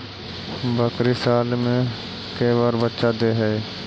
बकरी साल मे के बार बच्चा दे है?